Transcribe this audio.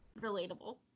relatable